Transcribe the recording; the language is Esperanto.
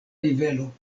nivelo